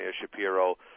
Shapiro